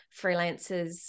freelancers